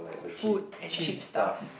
food and cheap stuff